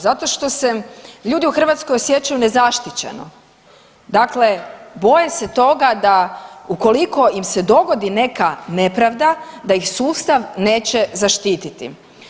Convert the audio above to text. Zato što se ljudi u Hrvatskoj osjećaju nezaštićeno, dakle boje se toga da ukoliko im se dogodi neka nepravda, da ih sustav neće zaštititi.